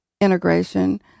integration